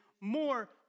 more